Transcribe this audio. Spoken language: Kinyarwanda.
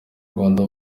rwanda